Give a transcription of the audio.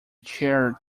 chair